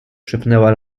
szepnęła